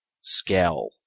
scale